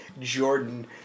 Jordan